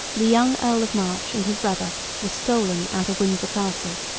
the young earl of march and his brother were stolen out of windsor castle.